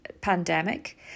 pandemic